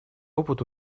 опыту